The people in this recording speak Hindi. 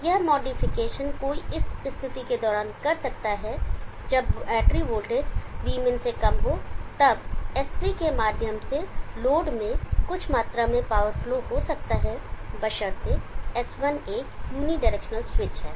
तो यह मॉडिफिकेशन कोई इस स्थिति के दौरान कर सकता है जब बैटरी वोल्टेज Vmin से कम हो तब S3 के माध्यम से लोड में कुछ मात्रा में पावर फ्लो हो सकता है बशर्ते S1 एक यूनिडायरेक्शनल स्विच है